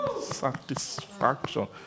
Satisfaction